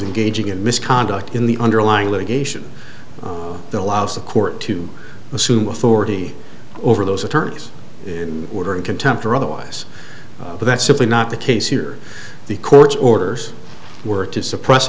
and gauging and misconduct in the underlying litigation that allows the court to assume authority over those attorneys in order of contempt or otherwise but that's simply not the case here the court's orders were to suppress